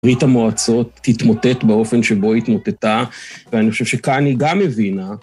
ברית המועצות תתמוטט באופן שבו התמוטטה, ואני חושב שכאן היא גם הבינה.